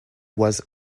was